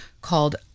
called